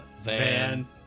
Van